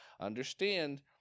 understand